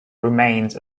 remains